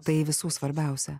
tai visų svarbiausia